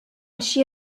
she